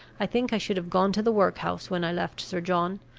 i think i should have gone to the workhouse when i left sir john,